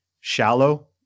shallow